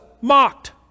mocked